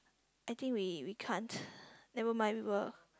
I think we we can't never mind we will